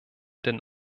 den